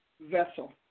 vessel